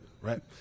right